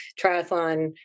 Triathlon